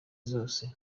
zose